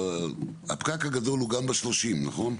לא,